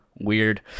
weird